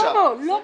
לא, לא כדאי.